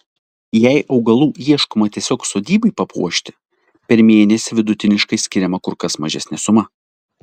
jei augalų ieškoma tiesiog sodybai papuošti per mėnesį vidutiniškai skiriama kur kas mažesnė suma